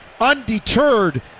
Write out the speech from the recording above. undeterred